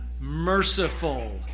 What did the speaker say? merciful